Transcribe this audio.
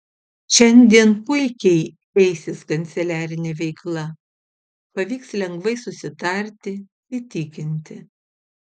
šiandien puikiai eisis kanceliarinė veikla pavyks lengvai susitarti įtikinti